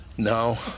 No